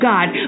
God